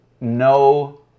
no